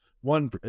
one